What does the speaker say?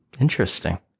Interesting